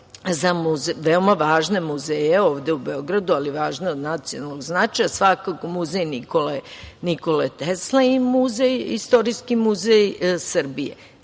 veoma važne muzeje ovde u Beogradu, ali važne od nacionalnog značaja. Svakako, Muzej Nikole Tesle i Istorijski muzej Srbije. Da